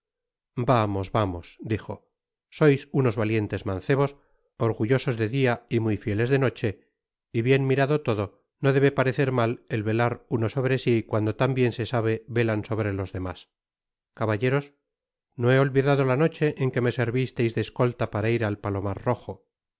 vamos vamos dijo sois unos valientes mancebos orgullosos de dia y muy fíeles de noche y bien mirado todo no debe parecer mal el velar uno sobre si cuando tan bien se sabe velar sobre los demás caballeros no he olvidado la noche en que me servisteis de escolta para ir a palomar rojo